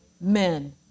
men